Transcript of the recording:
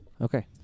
okay